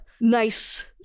nice